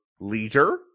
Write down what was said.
leader